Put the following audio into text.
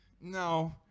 no